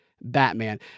Batman